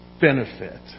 benefit